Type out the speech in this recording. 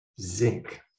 zinc